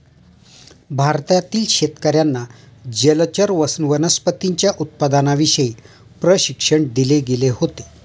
भारतातील शेतकर्यांना जलचर वनस्पतींच्या उत्पादनाविषयी प्रशिक्षण दिले गेले होते